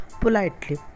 politely